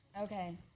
Okay